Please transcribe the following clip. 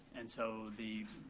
and so the,